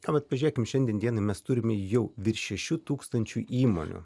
tuomet pažiūrėkime šiandien dienai mes turime jau virš šešių tūkstančių įmonių